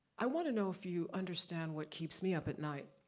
i wanna know if you understand what keeps me up at night,